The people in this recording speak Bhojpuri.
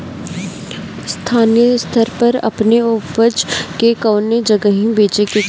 स्थानीय स्तर पर अपने ऊपज के कवने जगही बेचे के चाही?